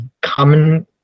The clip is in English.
common